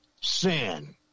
sin